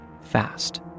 fast